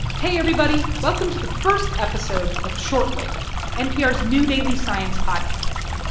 hey, everybody. welcome to the first episode of short wave, npr's new daily science podcast.